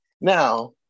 Now